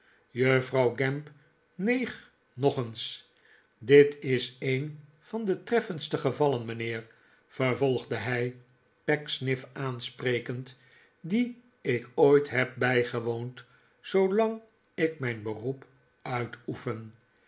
juffrouw gamp neeg nog eens dit is een van de treffendste gevallen mijnheer vervolgde hij pecksniff aansprekend die ik ooit heb bijgewoond zoolahg ik mijn beroep uitoefen